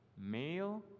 male